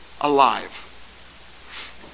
alive